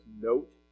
note